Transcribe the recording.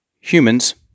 Humans